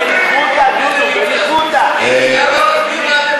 בניחותא, דודו.